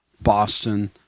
Boston